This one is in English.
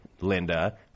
Linda –